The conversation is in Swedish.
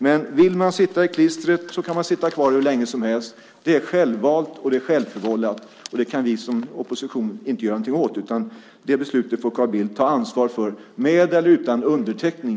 Men vill man sitta i klistret kan man sitta kvar hur länge som helst. Det är självvalt och det är självförvållat. Det kan vi som opposition inte göra någonting åt. Det beslutet får Carl Bildt ta ansvar för, med eller utan underteckning.